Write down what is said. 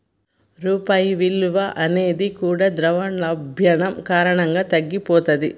రూపాయి విలువ అనేది కూడా ద్రవ్యోల్బణం కారణంగా తగ్గిపోతది